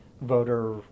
voter